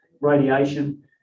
radiation